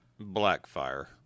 blackfire